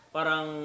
Parang